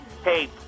Hey